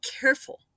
careful